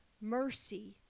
mercy